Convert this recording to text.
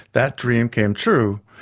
that dream came true,